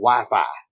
Wi-Fi